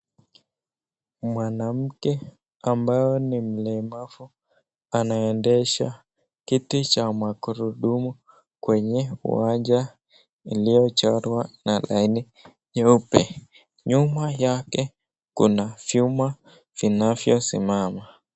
Mwanamke ambaye ni mlemavu anaendesha kiti cha magurudumu kwenye uwanja iliyochorwa na laini nyeupe. Nyuma yake kuna vyuma vinavyosimama.